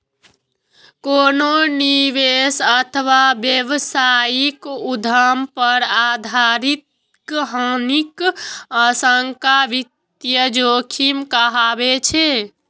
कोनो निवेश अथवा व्यावसायिक उद्यम पर आर्थिक हानिक आशंका वित्तीय जोखिम कहाबै छै